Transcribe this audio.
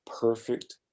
perfect